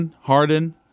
Harden